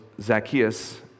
Zacchaeus